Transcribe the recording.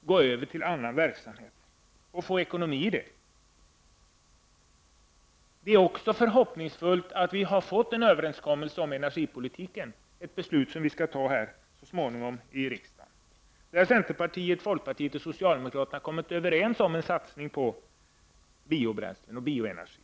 gå över till annan verksamhet och få ekonomi i denna. Det är också förhoppningsfullt att vi har fått en överenskommelse om energipolitiken, om vilken vi här i riksdagen så småningom skall fatta ett beslut. Centerpartiet, folkpartiet och socialdemokraterna har här kommit överens om en satsning på biobränslen och bioenergi.